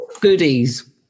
goodies